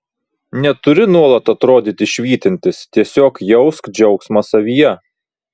neturi nuolat atrodyti švytintis tiesiog jausk džiaugsmą savyje